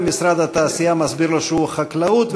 ומשרד התעשייה מסביר לו שהוא חקלאות,